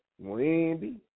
Wendy